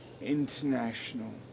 International